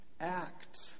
act